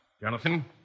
Jonathan